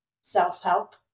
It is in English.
self-help